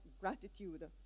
gratitude